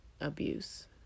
abuse